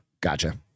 Gotcha